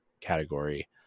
category